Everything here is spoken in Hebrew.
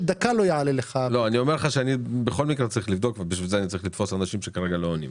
צריך לבדוק את זה קצת יותר לעומק.